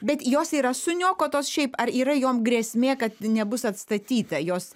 bet jos yra suniokotos šiaip ar yra jom grėsmė kad nebus atstatyta jos